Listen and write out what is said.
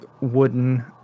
wooden